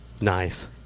Nice